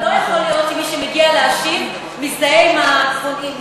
לא יכול להיות שמי שמגיע להשיב מזדהה עם המציעים.